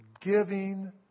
giving